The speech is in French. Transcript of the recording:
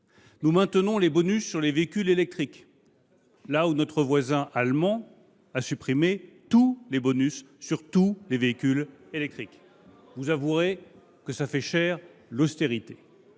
Nous maintenons les bonus sur les véhicules électriques, quand notre voisin allemand a supprimé tous les bonus sur tous les véhicules électriques. Vous avouerez que cela fait cher, pour